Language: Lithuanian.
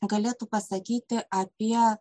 galėtų pasakyti apie